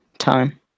time